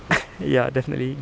ya definitely